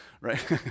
right